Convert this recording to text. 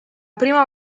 prima